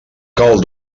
cal